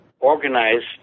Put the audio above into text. Organized